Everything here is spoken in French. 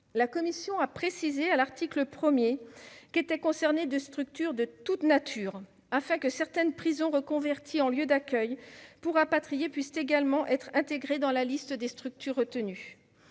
La commission a précisé à l'article 1 qu'étaient concernées des structures de toute nature, afin que certaines prisons reconverties en lieux d'accueil pour rapatriés puissent également être comprises dans la liste des structures retenues.